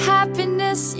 Happiness